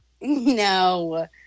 No